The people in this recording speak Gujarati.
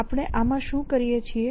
આપણે આમાં શું કરીએ છીએ